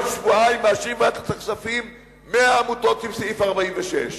כל שבועיים מאשרים בוועדת הכספים 100 עמותות עם סעיף 46,